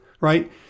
right